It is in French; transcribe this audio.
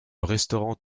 restaurant